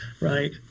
Right